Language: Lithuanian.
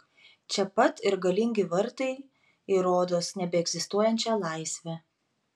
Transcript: čia pat ir galingi vartai į rodos nebeegzistuojančią laisvę